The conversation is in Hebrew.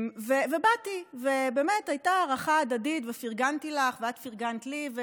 באתי והייתה הערכה הדדית ופרגנתי לך ואת פרגנת לי.